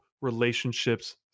relationships